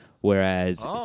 whereas